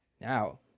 Now